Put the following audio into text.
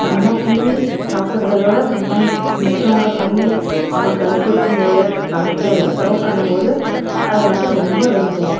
நம்ம பண்ணி சாப்பிட்றதோட சம் டைம்ஸ் மிச்சவங்க பண்ணி நமக்கு அதை கொடுக்கும் போது நமக்கே அதை சர்வ் பண்ணும் போது அதை வந்து ரொம்ப விரும்புவோம்